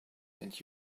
and